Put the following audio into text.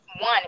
one